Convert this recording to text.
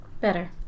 Better